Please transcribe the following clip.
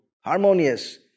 harmonious